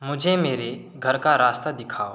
मुझे मेरे घर का रास्ता दिखाओ